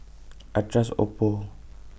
I Trust Oppo